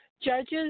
Judges